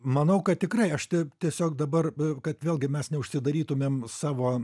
manau kad tikrai aš taip tiesiog dabar kad vėlgi mes neužsidarytumėm savo